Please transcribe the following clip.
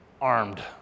armed